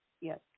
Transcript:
Yes